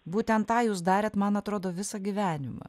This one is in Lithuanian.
būtent tą jūs darėt man atrodo visą gyvenimą